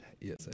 Yes